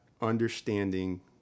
Understanding